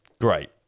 Great